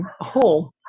whole